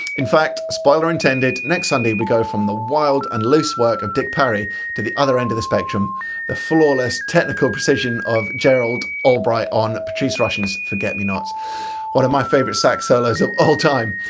in fact, spoiler intended, next sunday we go from the wild and loose work of dick parry to the other end of the spectrum the flawless technical precision of gerald albright on patrice rushen's forget me nots one of my favorite sax solos of all time.